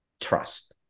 trust